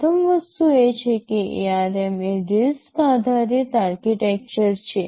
પ્રથમ વસ્તુ એ છે કે ARM એ RISC આધારિત આર્કિટેક્ચર છે